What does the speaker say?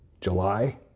July